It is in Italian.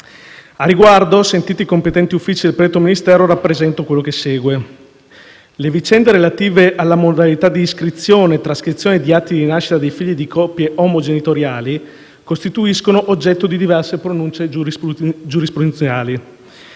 Al riguardo, sentiti i competenti uffici del predetto Ministero, rappresento quanto segue. Le vicende relative alle modalità di iscrizione e trascrizione di atti di nascita di figli di coppie omogenitoriali costituiscono oggetto di diverse pronunce giurisprudenziali.